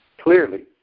clearly